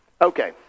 Okay